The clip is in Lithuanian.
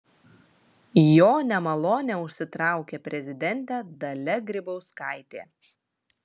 jo nemalonę užsitraukė prezidentė dalia grybauskaitė